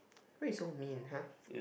why you so mean !huh!